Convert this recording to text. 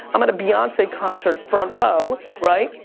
i'm at a beyonce concert front row, right?